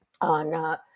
on